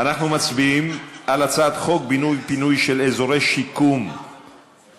אנחנו מצביעים על הצעת חוק בינוי ופינוי של אזורי שיקום (כפר-שלם),